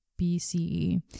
BCE